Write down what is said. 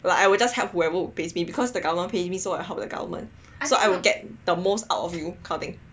like I will just help whoever who pays me because the government pay me so I help the government so I would get the most out of you that kind of thing